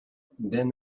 then